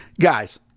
Guys